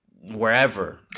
wherever